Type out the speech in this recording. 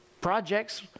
projects